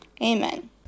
Amen